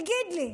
תגיד לי,